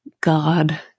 God